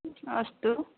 अस्तु